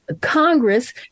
Congress